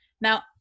Now